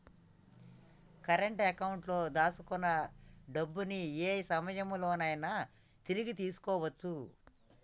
current అకౌంట్లో దాచుకున్న డబ్బుని యే సమయంలోనైనా తిరిగి తీసుకోవచ్చు